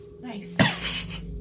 Nice